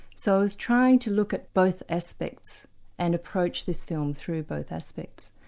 so i was trying to look at both aspects and approach this film through both aspects.